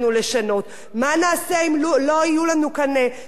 מה נעשה אם לא יהיו לנו כאן כתבי רווחה,